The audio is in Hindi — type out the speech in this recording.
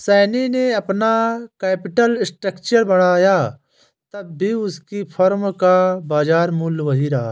शनी ने अपना कैपिटल स्ट्रक्चर बढ़ाया तब भी उसकी फर्म का बाजार मूल्य वही रहा